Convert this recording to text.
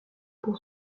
pour